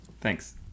thanks